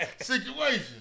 situation